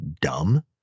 Dumb